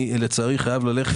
לצערי אני חייב ללכת.